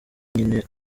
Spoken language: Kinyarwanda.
nyoni